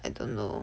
I don't know